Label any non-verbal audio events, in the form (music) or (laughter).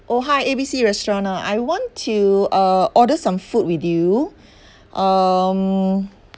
oh hi A B C restaurant ah I want to uh order some food with you (breath) um